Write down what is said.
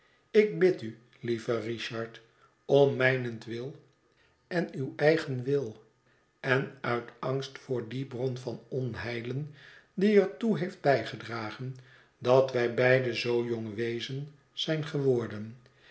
ik bid u lieve richard om mijnentwil en uw eigen wil en uit angst voor die bron van onheilen die er toe heeft bijgedragen dat wij beide zoo jong weezen zijn geworden